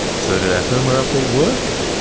so did our firmware update work?